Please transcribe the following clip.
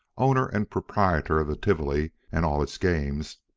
owner and proprietor of the tivoli and all its games,